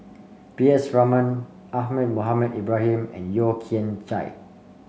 P S Raman Ahmad Mohamed Ibrahim and Yeo Kian Chye